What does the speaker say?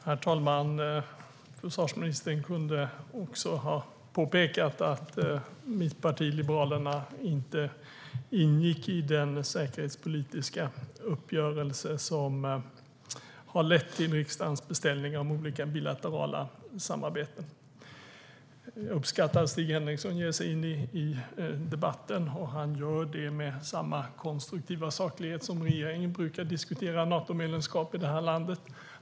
Herr talman! Försvarsministern kunde också ha pekat på att mitt parti, Liberalerna, inte ingick i den säkerhetspolitiska uppgörelse som har lett till riksdagens beställning av olika bilaterala samarbeten. Jag uppskattar att Stig Henriksson ger sig in i debatten. Han gör det med samma konstruktiva saklighet som regeringen brukar diskutera Natomedlemskap med i det här landet.